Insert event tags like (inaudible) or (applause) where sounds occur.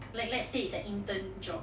(noise) let's let's say it's a intern job